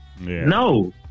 no